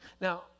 Now